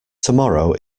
tomorrow